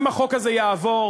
אם החוק הזה יעבור,